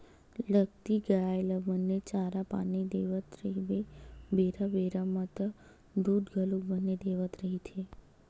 लगती गाय ल बने चारा पानी देवत रहिबे बेरा बेरा म त दूद घलोक बने देवत रहिथे